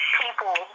people